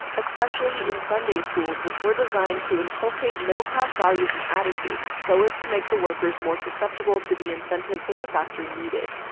especially in sunday schools which were designed to inculpate middle class values and attitudes, so as to make the workers more susceptible to the incentives that the factory needed.